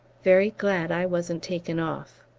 very glad i wasn't taken off.